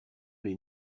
les